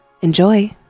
Enjoy